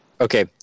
Okay